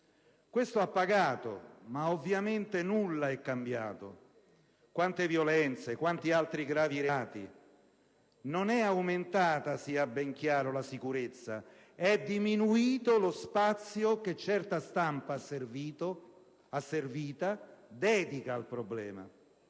Questo ha pagato, ma ovviamente nulla è cambiato. Quante violenze, quanti altri gravi reati sono avvenuti? Non è aumentata, sia ben chiaro, la sicurezza, ma è diminuito lo spazio che certa stampa asservita dedica al problema.